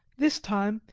this time,